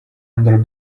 under